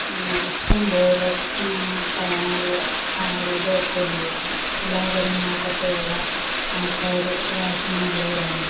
ഇഷ്ടംപോലെ ഇതൊക്കെയുള്ള കലാപരമായിട്ട് ഒക്കെയുള്ള ആള്ക്കാർ വാസനയുള്ളവരാണ്